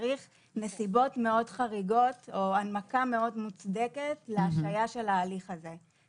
צריך נסיבות מאוד חריגות או הנמקה מאוד מוצדקת להשהיה של ההליך הזה.